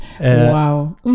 Wow